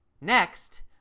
next